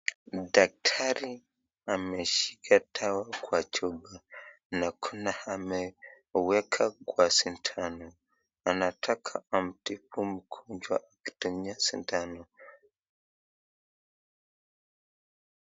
Daktari ameshika dawa kwa chupa na kuna ameweka kwa sindano. Anataka amtibu mgonjwa akitumia sindano.